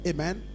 Amen